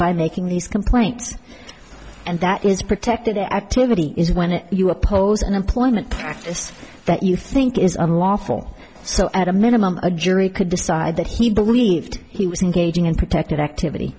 by making these complaints and that is protected activity is when you oppose an employment is that you think is unlawful so at a minimum a jury could decide that he believed he was engaging in protected activity